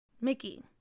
Mickey